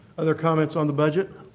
other comments on the budget?